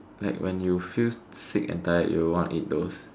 like when you feel sick and tired you will want to eat those